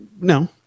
No